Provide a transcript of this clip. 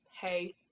hey